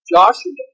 Joshua